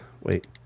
wait